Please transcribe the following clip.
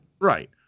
Right